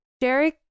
Jerry